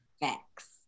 Facts